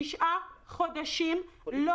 משרד הבריאות תשעה חודשים לא